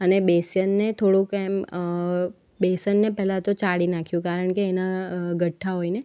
અને બેસનને થોડુંક એમ બેસનને પહેલાં તો ચાળી નાખ્યું કારણ કે એના ગઠ્ઠા હોયને